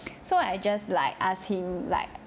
so I just like asked him like